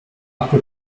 akku